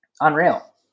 Unreal